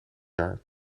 jaar